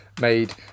made